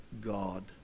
God